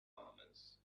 armies